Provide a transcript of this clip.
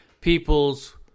people's